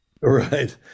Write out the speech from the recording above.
Right